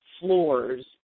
floors